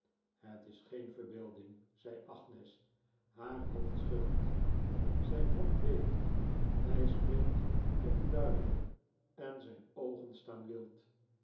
het is geen verbeelding zei agnes haar hoofd schuddend zijn hand beeft hij spreekt onduidelijk en zijn oogen staan wild